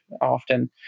often